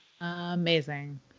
Amazing